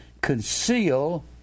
conceal